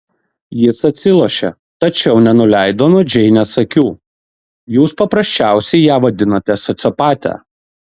jis atsilošė tačiau nenuleido nuo džeinės akių jūs paprasčiausiai ją vadinate sociopate